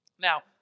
Now